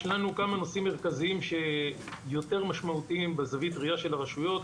יש לנו כמה נושאים מרכזיים שיותר משמעותיים בזווית ראייה של הרשויות,